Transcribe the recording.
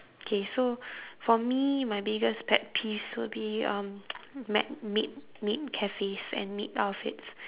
okay so for me my biggest pet peeves would be um ma~ maid maid cafes and maid outfits